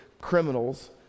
criminals